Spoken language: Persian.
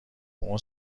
اون